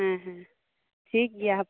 ᱦᱮᱸ ᱦᱮᱸ ᱴᱷᱤᱠ ᱜᱮᱭᱟ